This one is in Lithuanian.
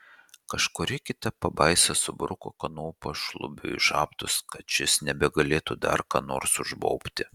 kažkuri kita pabaisa subruko kanopą šlubiui į žabtus kad šis nebegalėtų dar ko nors užbaubti